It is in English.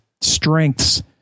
strengths